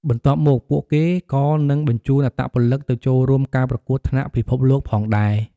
បន្ទាប់មកពួកគេក៏នឹងបញ្ជូនអត្តពលិកទៅចូលរួមការប្រកួតថ្នាក់ពិភពលោកផងដែរ។